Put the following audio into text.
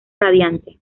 radiante